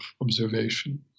observation